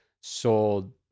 sold